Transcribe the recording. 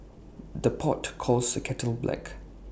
the pot calls the kettle black